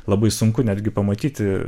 labai sunku netgi pamatyti